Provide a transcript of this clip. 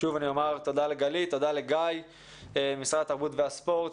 שוב אני אומר תודה לגלית ותודה לגיא ממשרד התרבות והספורט,